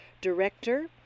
director